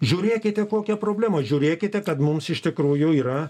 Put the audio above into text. žiūrėkite kokia problema žiūrėkite kad mums iš tikrųjų yra